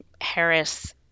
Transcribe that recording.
Harris